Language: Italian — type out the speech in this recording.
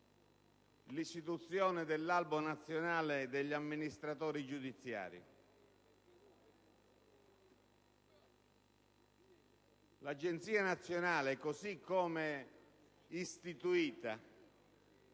l'istituzione dell'Albo nazionale degli amministratori giudiziari. L'Agenzia nazionale, così come istituita,